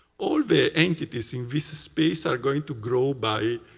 all the entities in this space are going to grow by,